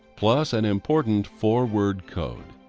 plus an important four-word code